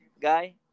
guy